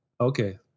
okay